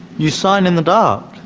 you sign in the dark.